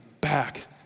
back